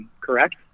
correct